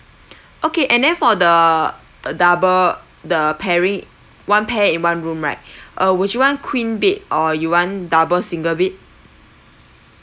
okay and then for the uh double the pairing one pair in one room right uh would you want queen bed or you want double single bed